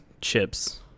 chips